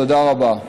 תודה רבה.